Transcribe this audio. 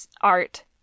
art